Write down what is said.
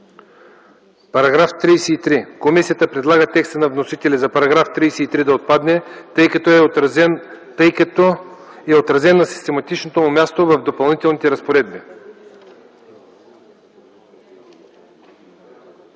по принцип. Комисията предлага текста на вносителя за § 34 да отпадне, тъй като е отразен на систематичното му място в Допълнителните разпоредби.